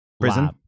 prison